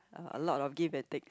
a a lot of give and take